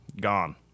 gone